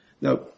Now